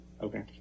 Okay